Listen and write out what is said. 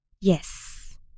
Yes